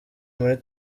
muri